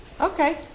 okay